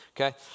okay